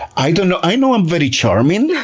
i don't know i know i'm very charming,